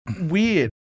weird